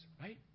Right